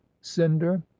cinder